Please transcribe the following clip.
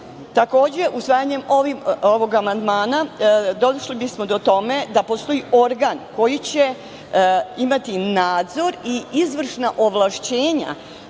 usvajanjem ovog amandmana, došli bismo do toga da postoji organ koji će imati nadzor i izvršna ovlašćenja